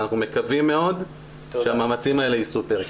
ואנו מקווים מאוד שהמאמצים האלה יישאו פרי.